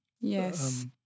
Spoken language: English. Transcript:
yes